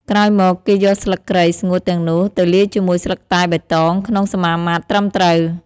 ក្រោយមកគេយកស្លឹកគ្រៃស្ងួតទាំងនោះទៅលាយជាមួយស្លឹកតែបៃតងក្នុងសមាមាត្រត្រឹមត្រូវ។